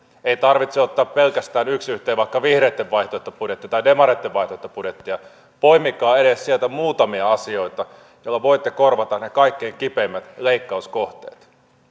ei tarvitse ottaa pelkästään yksi yhteen vaikka vihreitten vaihtoehtobudjettia tai demareitten vaihtoehtobudjettia poimikaa sieltä edes muutamia asioita joilla voitte korvata ne kaikkein kipeimmät leikkauskohteet